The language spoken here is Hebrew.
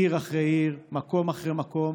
עיר אחרי עיר, מקום אחרי מקום.